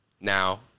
Now